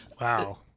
Wow